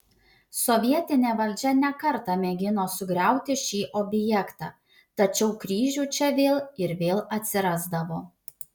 sovietinė valdžia ne kartą mėgino sugriauti šį objektą tačiau kryžių čia vėl ir vėl atsirasdavo